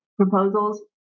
proposals